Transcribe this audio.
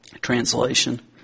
Translation